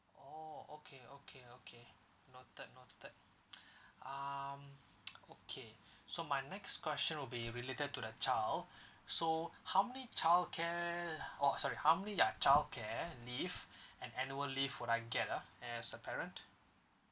oh okay okay okay noted noted um okay so my next question will be related to the child so how many childcare oh sorry how many ya childcare leave and annual leave will I get ah as a parent